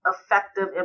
effective